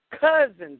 cousins